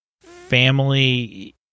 family